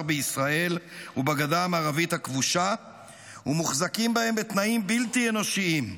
בישראל ובגדה המערבית הכבושה ומוחזקים בהם בתנאים בלתי אנושיים.